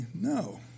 No